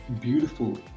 beautiful